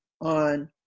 on